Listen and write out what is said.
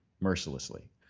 mercilessly